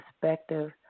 perspective